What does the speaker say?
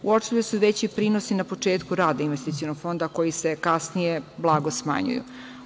Uočili su se veći prinosi na početku rada investicionog fonda koji se kasnije blago smanjuju.